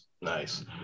Nice